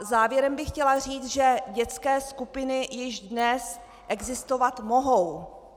Závěrem bych chtěla říct, že dětské skupiny již dnes existovat mohou.